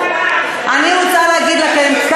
אני רוצה להגיד לכם,